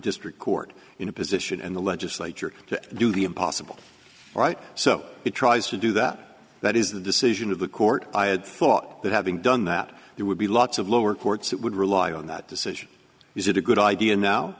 district court in a position in the legislature to do the impossible right so he tries to do that that is the decision of the court i had thought that having done that there would be lots of lower courts that would rely on that decision is it a good idea now